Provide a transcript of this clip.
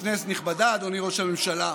כנסת נכבדה, אדוני ראש הממשלה,